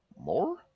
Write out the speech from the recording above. more